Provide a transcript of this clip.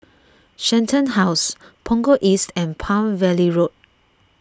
Shenton House Punggol East and Palm Valley Road